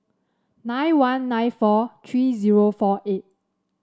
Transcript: nine one nine four three zero four eight